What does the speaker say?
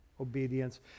obedience